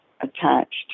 attached